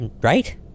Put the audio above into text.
right